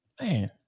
man